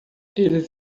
eles